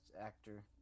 actor